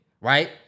right